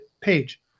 page